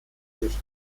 sich